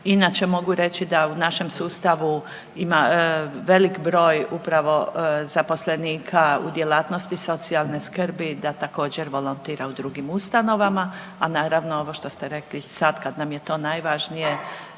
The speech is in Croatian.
Inače mogu reći da u našem sustavu ima velik broj upravo zaposlenika u djelatnosti socijalne skrbi, da također volontira u drugim ustanovama, a naravno ovo što ste rekli sad kad nam je to najvažnije